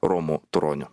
romu turoniu